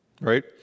right